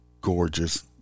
gorgeous